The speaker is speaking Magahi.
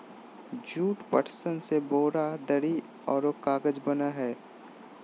जूट, पटसन से बोरा, दरी औरो कागज बना हइ